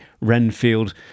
Renfield